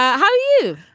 how are you?